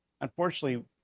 unfortunately